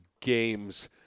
games